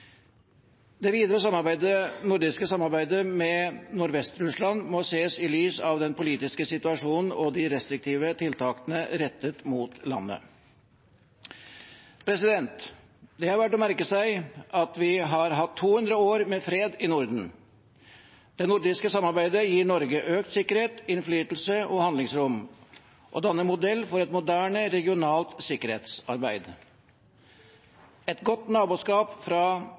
Det videre nordiske samarbeidet med Nordvest-Russland må ses i lys av den politiske situasjonen og de restriktive tiltakene rettet mot landet. Det er verdt å merke seg at vi har hatt 200 år med fred i Norden. Det nordiske samarbeidet gir Norge økt sikkerhet, innflytelse og handlingsrom og danner modell for et moderne, regionalt sikkerhetsarbeid. Et godt naboskap – fra